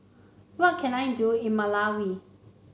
what can I do in Malawi